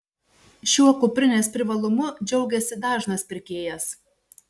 šiuo kuprinės privalumu džiaugiasi dažnas pirkėjas